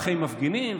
ואחרי מפגינים,